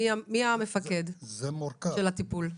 מי המפקד של הטיפול?